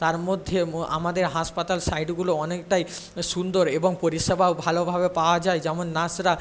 তার মধ্যেও আমাদের হাসপাতাল সাইডগুলো অনেকটাই সুন্দর এবং পরিষেবাও ভালো ভাবে পাওয়া যায় যেমন নার্সরা